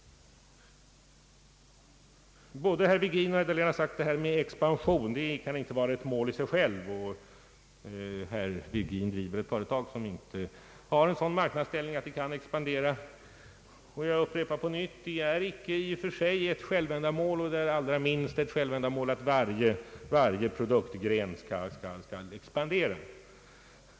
Både herr Virgin och herr Dahlén har sagt att en expansion inte får vara ett mål i sig själv. Herr Virgin driver ett företag som inte har en sådan marknadsställning att det kan expandera. Jag upprepar på nytt att det inte i och för sig är något självändamål att varje produktgren skall expandera.